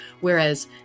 Whereas